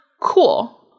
Cool